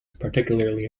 particularly